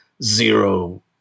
zero